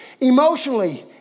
emotionally